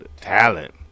talent